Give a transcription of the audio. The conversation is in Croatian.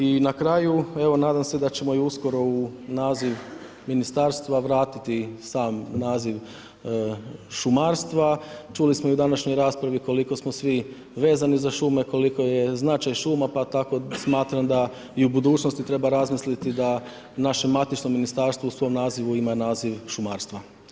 I na kraju, evo nadam se da ćemo i uskoro u naziv ministarstva vratiti samo naziv šumarstva, čuli smo u današnjoj raspravi koliko smo svi vezani za šume, koliko je značaj šuma pa tako smatram da i u budućnosti treba razmisliti da naše matično ministarstvo u svom nazivu ima i naziv šumarstva.